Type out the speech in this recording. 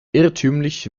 irrtümlich